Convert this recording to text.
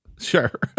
Sure